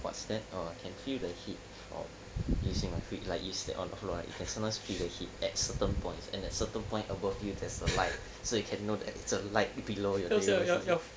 what's that oh I can feel the heat from using my feet like you step on the floor right can sometimes feel the heat at certain points and the certain points above you there's a light so you can know like there's a light below your